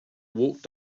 walked